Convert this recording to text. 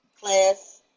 class